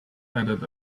added